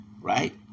right